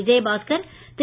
Vijayabaskar Thiru